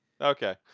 Okay